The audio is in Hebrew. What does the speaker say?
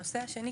הנושא השני,